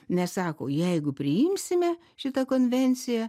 nes sako jeigu priimsime šitą konvenciją